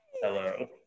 Hello